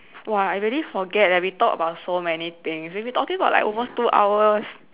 !wah! I really forget leh we talked about so many things we've been talking for like almost two hours